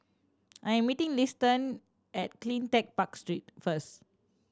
I am meeting Liston at Cleantech Park Street first